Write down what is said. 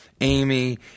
Amy